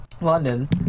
London